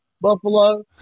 Buffalo